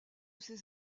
ses